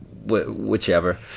Whichever